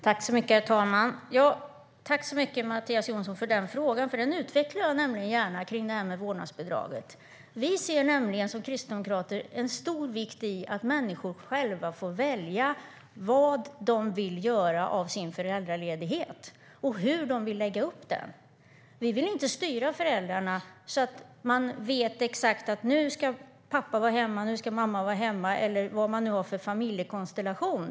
Herr talman! Tack så mycket, Mattias Jonsson, för frågan om vårdnadsbidraget! Det utvecklar jag gärna. Vi kristdemokrater ser ett stort värde i att människor själva får välja vad de vill göra av sin föräldraledighet och hur de vill lägga upp den. Vi vill inte styra föräldrarna: Nu ska pappa vara hemma, nu ska mamma vara hemma eller vad det nu är för familjekonstellation.